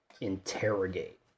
interrogate